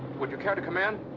would you care to come in?